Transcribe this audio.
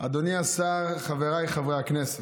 אדוני השר, חבריי חברי הכנסת,